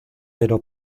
pero